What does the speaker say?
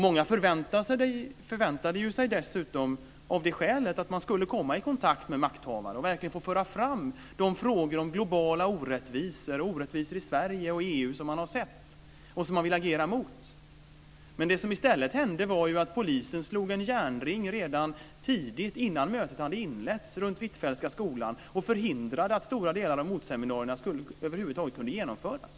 Många förväntade sig dessutom av det skälet att man skulle komma i kontakt med makthavare och verkligen få föra fram de frågor om globala orättvisor och orättvisor i Sverige och EU som man hade sett och som man ville agera emot. Men det som i stället hände var att polisen slog en järnring runt Hvitfeldtska skolan redan tidigt, innan mötet hade inletts, och förhindrade att stora delar av motseminarierna över huvud taget kunde genomföras.